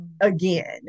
again